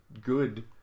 good